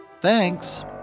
Thanks